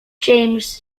james